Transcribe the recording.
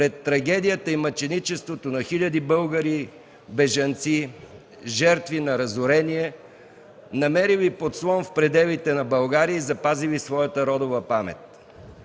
пред трагедията и мъченичеството на хиляди българи бежанци, жертви на разорение, намерили подслон в пределите на България и запазили своята родова памет.